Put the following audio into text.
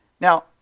Now